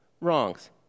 wrongs